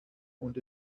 und